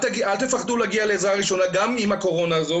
אל תפחדו להגיע לעזרה ראשונה גם עם הקורונה.